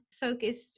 focused